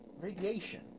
radiation